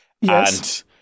Yes